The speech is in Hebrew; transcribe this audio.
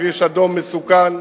כביש אדום מסוכן,